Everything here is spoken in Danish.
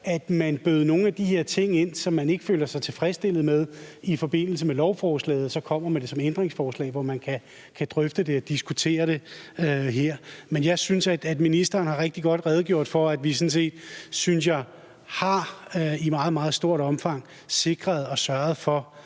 at man bød nogle af de her ting ind, som man ikke føler sig tilfredsstillet med i forbindelse med lovforslaget, og så kommer med dem som et ændringsforslag, hvor man kan drøfte det og diskutere det her. Men jeg synes, at ministeren rigtig godt har redegjort for, at vi sådan set, synes jeg, i meget, meget stort omfang har sikret og har sørget for